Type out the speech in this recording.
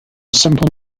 simple